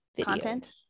content